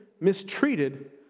mistreated